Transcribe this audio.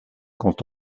quand